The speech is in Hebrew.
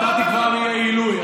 אתה תקבע מי יהיה עילוי.